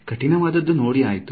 ಕಠಿಣವಾದದ್ದು ನೋಡಿ ಆಗಿದೆ